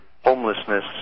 homelessness